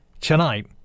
tonight